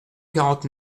quarante